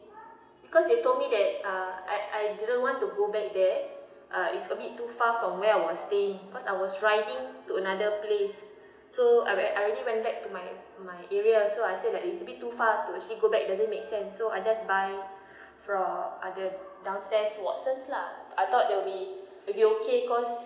because they told me that uh I I ddn't want to go back there it uh is a bit too far from where I was staying because I was riding to another place so I were I've already went back to my my area so I said like is a bit too far to actually go back doesn't makes sense so I just buy from other downstairs watsons lah I thought there will be it will be okay cause